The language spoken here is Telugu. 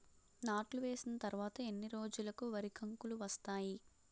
నాట్లు వేసిన తర్వాత ఎన్ని రోజులకు వరి కంకులు వస్తాయి?